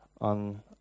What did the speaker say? on